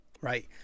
right